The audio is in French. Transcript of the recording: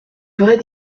vraie